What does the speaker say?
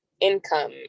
income